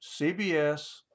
CBS